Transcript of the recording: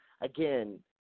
again